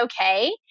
okay